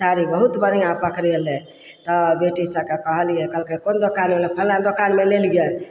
साड़ी बहुत बढ़िआँ पकड़ेलै तऽ बेटी सभके कहलियै कहलकै कोन दोकानमे फलाँ दोकानमे लेलियै